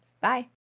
Bye